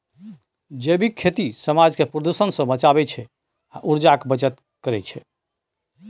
जैबिक खेती समाज केँ प्रदुषण सँ बचाबै छै आ उर्जाक बचत करय छै